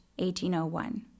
1801